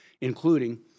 including